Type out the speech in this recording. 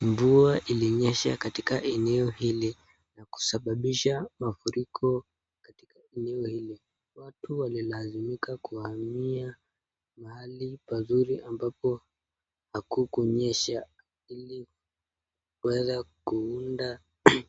Mvua ilinyesha katika eneo hili na kusababisha mafuriko katika eneo hili, watu walilazimika kuhamia mahali pazuri ambapo hakukunyesha ili waweze kuunda